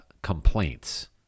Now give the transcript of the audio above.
complaints